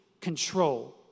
control